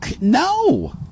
No